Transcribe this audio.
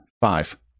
five